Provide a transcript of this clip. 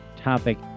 topic